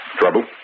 Trouble